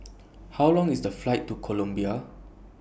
How Long IS The Flight to Colombia